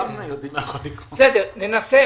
ננסה.